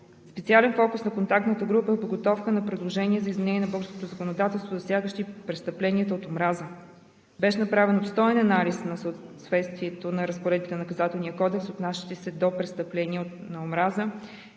Специален фокус на контактната група е подготовка на предложения за изменения на българското законодателство, засягащи престъпленията от омраза. Беше направен обстоен анализ на съответствието на разпоредбите на Наказателния кодекс,